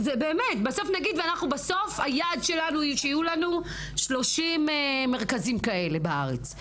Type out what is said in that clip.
נגיד ובסוף היעד שלנו שיהיו לנו 30 מרכזים כאלה בארץ,